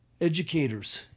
educators